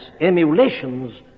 emulations